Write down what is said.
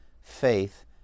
faith